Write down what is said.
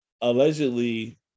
allegedly